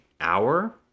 hour